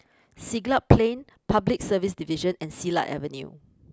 Siglap Plain Public Service Division and Silat Avenue